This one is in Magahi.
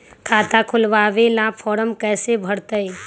खाता खोलबाबे ला फरम कैसे भरतई?